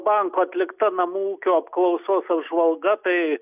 banko atlikta namų ūkio apklausos apžvalga tai